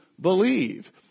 believe